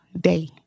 day